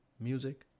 music